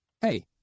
Hey